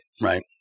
right